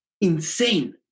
insane